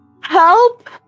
Help